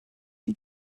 die